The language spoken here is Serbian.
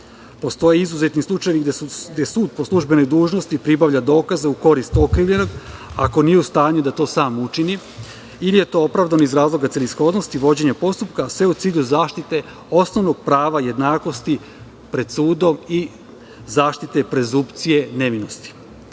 ročištu. Postoje izuzetni slučajevi gde sud po službenoj dužnosti pribavlja dokaze u korist okrivljenog, ako nije u stanju da to sam učini ili je to opravdano iz razloga celishodnosti vođenja postupka, a sve u cilju zaštite osnovnog prava jednakosti pred sudom i zaštite prezunkcije nevinosti. Uvođenjem